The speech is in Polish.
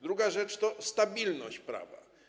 Druga rzecz to stabilność prawa.